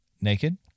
Naked